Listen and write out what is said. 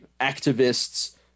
activists